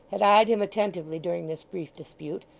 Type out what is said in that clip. had eyed him attentively during this brief dispute,